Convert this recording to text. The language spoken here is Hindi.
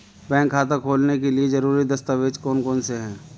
बैंक खाता खोलने के लिए ज़रूरी दस्तावेज़ कौन कौनसे हैं?